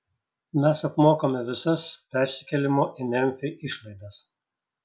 mes apmokame visas persikėlimo į memfį išlaidas